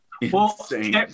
insane